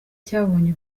cyabonye